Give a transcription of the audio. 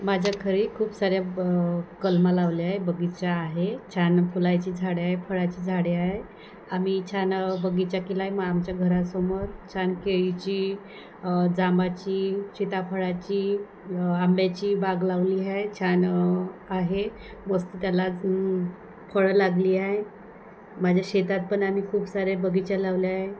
माझ्या घरी खूप साऱ्या ब कलमं लावल्या बगीचा आहे छान फुलायची झाडे आहे फळाची झाडे आहे आम्ही छान बगीचा केला आहे म आमच्या घरासमोर छान केळीची जांभळाची सिताफळाची आंब्याची बाग लावली आहे छान आहे मस्त त्याला फळं लागली आहे माझ्या शेतात पण आम्ही खूप सारे बगीचा लावला आहे